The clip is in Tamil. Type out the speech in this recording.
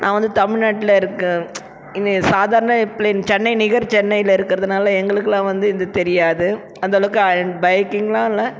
நான் வந்து தமில்நாட்டில இருக்கேன் இங்கே சாதாரண ப்ளே சென்னை நிகர் சென்னையில இருக்கிறதுனால எங்களுக்கெலாம் வந்து இது தெரியாது அந்தளவுக்கு பைக்கிங்லாம் இல்லை